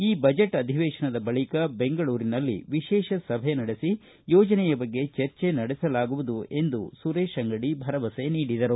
ಈ ಬಜೆಟ್ ಅಧಿವೇಶನದ ಬಳಿಕ ಬೆಂಗಳೂರಿನಲ್ಲಿ ವಿಶೇಷ ಸಭೆ ನಡೆಸಿ ಯೋಜನೆಯ ಬಗ್ಗೆ ಚರ್ಚೆ ನಡೆಸಲಾಗುವುದು ಎಂದು ಸುರೇಶ ಅಂಗಡಿ ಭರವಸೆ ನೀಡಿದರು